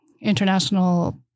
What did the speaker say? international